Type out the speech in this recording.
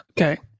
Okay